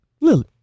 Lily